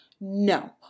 no